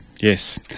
Yes